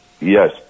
Yes